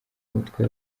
mutwe